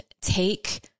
take